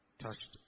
touched